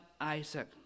Isaac